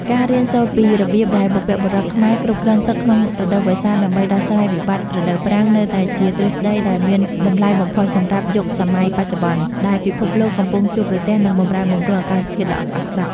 ការរៀនសូត្រពីរបៀបដែលបុព្វបុរសខ្មែរគ្រប់គ្រងទឹកក្នុងរដូវវស្សាដើម្បីដោះស្រាយវិបត្តិរដូវប្រាំង នៅតែជាទ្រឹស្ដីដែលមានតម្លៃបំផុតសម្រាប់យុគសម័យបច្ចុប្បន្ន ដែលពិភពលោកកំពុងជួបប្រទះនឹងបម្រែបម្រួលអាកាសធាតុដ៏អាក្រក់។